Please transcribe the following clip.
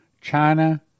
China